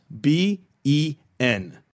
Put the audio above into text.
B-E-N